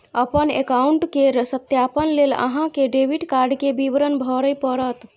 अपन एकाउंट केर सत्यापन लेल अहां कें डेबिट कार्ड के विवरण भरय पड़त